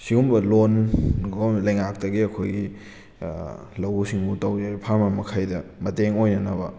ꯑꯁꯤꯒꯨꯝꯕ loan government ꯂꯩꯉꯥꯛꯇꯒꯤ ꯑꯩꯈꯣꯏꯒꯤ ꯂꯧꯎ ꯁꯤꯡꯉꯨ ꯇꯧꯖꯩꯕ ꯐꯥꯔꯃꯔ ꯃꯈꯩꯗ ꯃꯇꯦꯡ ꯑꯣꯏꯅꯅꯕ